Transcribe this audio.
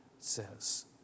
says